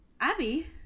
Abby